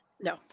No